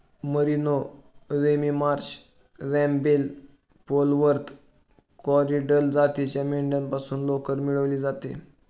merino, Romney Marsh, रॅम्बेल, Polwarth, Corriedale जातीच्या मेंढ्यांपासून लोकर मिळवली जाते